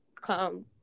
come